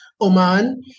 Oman